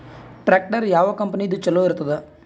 Tractor ಯಾವ ಕಂಪನಿದು ಚಲೋ ಇರತದ?